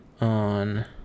...on